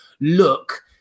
look